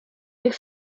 tych